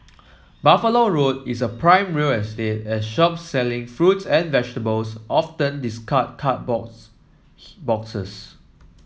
Buffalo Road is prime real estate as shop selling fruits and vegetables often discard card books boxes